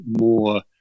more